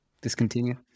discontinue